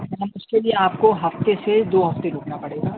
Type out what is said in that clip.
میم اُس کے لیے ہفتے سے دو ہفتے رُکنا پڑے گا